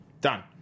Done